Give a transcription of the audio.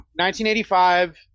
1985